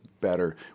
better